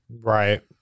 Right